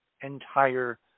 entire